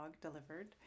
delivered